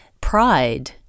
pride